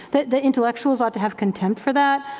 that the intellectuals ought to have contempt for that,